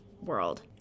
world